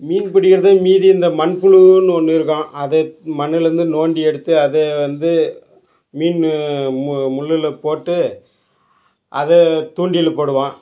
மீன் பிடிக்கிறது மீதி இந்த மண்புழுன்னு ஒன்று இருக்கும் அதை மண்ணுலேருந்து நோண்டி எடுத்து அதை வந்து மீனு மு முள்ளில் போட்டு அதை தூண்டில் போடுவோம்